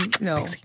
no